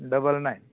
double nine